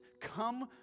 Come